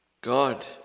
God